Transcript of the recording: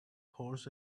pours